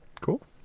Cool